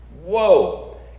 Whoa